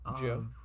Joe